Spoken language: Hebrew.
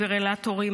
דפיברילטורים,